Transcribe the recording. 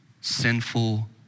sinful